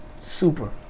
super